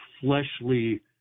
fleshly